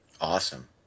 Awesome